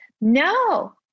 No